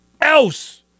else